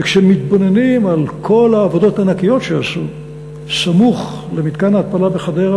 וכשמתבוננים על כל העבודות הענקיות שעשו סמוך למתקן ההתפלה בחדרה,